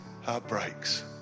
heartbreaks